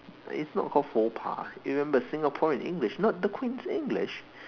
it's not called faux pas you remember Singaporean English not the Queen's English